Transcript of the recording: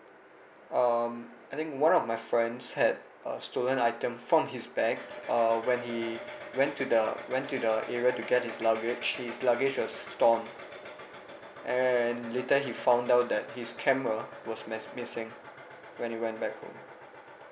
um I think one of my friends had a stolen item from his bag uh when he went to the went to the area to get his luggage his luggage was torn and later he found out that his camera was mes~ missing when he went back home